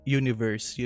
universe